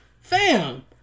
fam